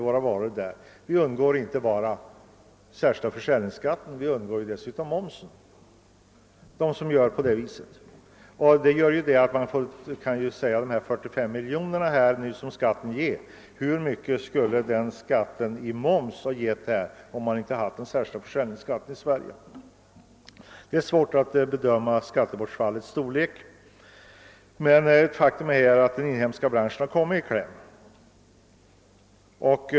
Vi undgår inte bara den särskilda försäljningsskatten, utan vi undgår dessutom momsen, när vi gör på det sättet. Man kan därför fråga med anledning av att försäljningsskatten ger 45 miljoner: Hur mycket skulle det ha blivit i moms, om man inte haft den särskilda försäljningsskatten i Sverige? Det är svårt att bedöma skattebortfallets storlek, men ett faktum är att den inhemska branschen har kommit i kläm.